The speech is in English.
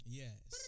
yes